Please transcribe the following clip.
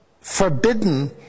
forbidden